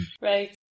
right